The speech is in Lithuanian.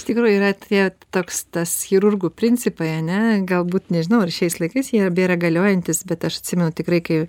iš tikrųjų yra tie toks tas chirurgų principai ane galbūt nežinau ar šiais laikais jie bėra galiojantys bet aš atsimenu tikrai kai